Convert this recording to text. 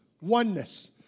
oneness